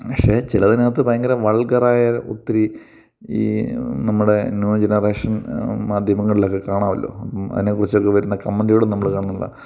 പക്ഷെ ചിലതിനകത്ത് ഭയങ്കര വൾഗറായ ഒത്തിരി ഈ നമ്മുടെ ന്യൂ ജനറേഷൻ മാധ്യമങ്ങളിലൊക്കെ കാണാമല്ലോ അതിനെ കുറിച്ചൊക്കെ വരുന്ന കമൻ്റുകളും നമ്മൾ കാണുന്ന